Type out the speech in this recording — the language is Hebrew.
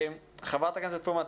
חברת הכנסת פרומן,